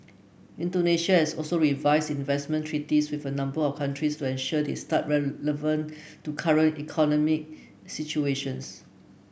Indonesia has also revised investment treaties with a number of countries to ensure they stay relevant to current economic situations